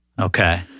Okay